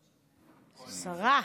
השרה,